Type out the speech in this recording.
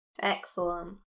Excellent